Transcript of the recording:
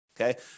Okay